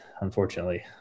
unfortunately